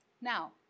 Now